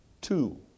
Two